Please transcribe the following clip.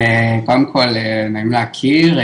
קודם כל נעים להכיר,